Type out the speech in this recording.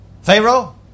Pharaoh